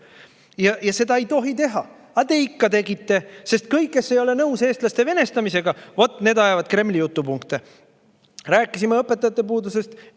Seda ei tohi teha! Aga te ikka tegite. Sest kõik, kes ei ole nõus eestlaste venestamisega, vot, need ajavad Kremli jutupunkte. Rääkisime õpetajate puudusest.